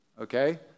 okay